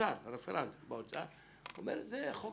באוצר אומר: זה חוק